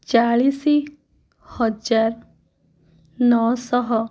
ଚାଳିଶ ହଜାର ନଅ ଶହ